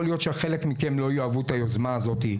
יכול להיות שחלק מכם לא יאהבו את היוזמה הזאת,